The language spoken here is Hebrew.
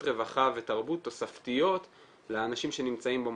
רווחה ותרבות תוספתיות לאנשים שנמצאים במוסד.